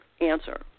answer